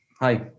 Hi